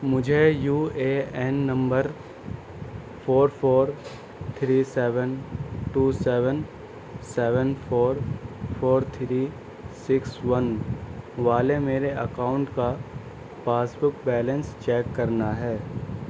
مجھے U A N number four four three seven two seven seven four four three six one والے میرے account کا passbook balance check کرنا ہے